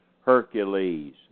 hercules